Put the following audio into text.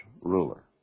ruler